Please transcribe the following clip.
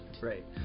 right